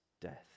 death